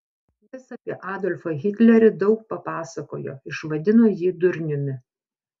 jis apie adolfą hitlerį daug papasakojo išvadino jį durniumi